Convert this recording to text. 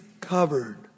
covered